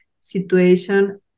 situation